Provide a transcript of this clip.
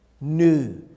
new